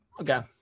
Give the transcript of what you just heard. Okay